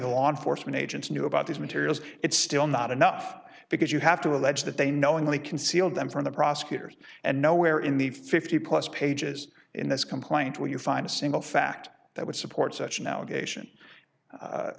the law enforcement agents knew about these materials it's still not enough because you have to allege that they knowingly concealed them from the prosecutors and nowhere in the fifty plus pages in this complaint when you find a single fact that would support such